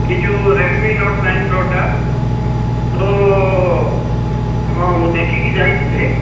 ଏଇ ଯୋଉ Redmi Note nine ପ୍ରୋଟା ହଁ ମୁଁ ଦେଖିକିଯାଇଥିଲେ